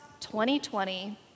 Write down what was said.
2020